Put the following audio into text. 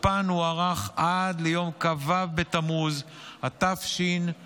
שתוקפה הוארך עד ליום כ"ו בתמוז התשפ"א,